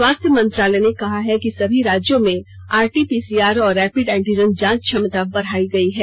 स्वास्थ्य मंत्रालय ने कहा है कि सभी राज्यों में आरटी पीसीआर और रैपिड एंटीजन जांच क्षमता बढ़ाई गई है